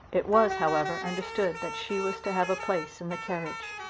it was, however, understood that she was to have a place in the carriage.